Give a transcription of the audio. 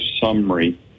summary